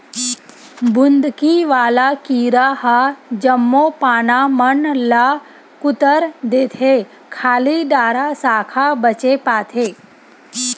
बुंदकी वाला कीरा ह जम्मो पाना मन ल कुतर देथे खाली डारा साखा बचे पाथे